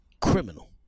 criminal